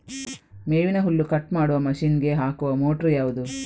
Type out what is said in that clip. ಮೇವಿನ ಹುಲ್ಲು ಕಟ್ ಮಾಡುವ ಮಷೀನ್ ಗೆ ಹಾಕುವ ಮೋಟ್ರು ಯಾವುದು?